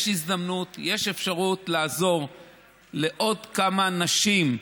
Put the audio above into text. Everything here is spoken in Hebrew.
יש הזדמנות, יש אפשרות לעזור לעוד כמה נשים,